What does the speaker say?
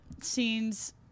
scenes